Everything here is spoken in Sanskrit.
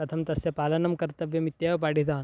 कथं तस्य पालनं कर्तव्यम् इत्येव पाठितवान्